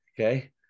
Okay